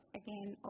again